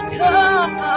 come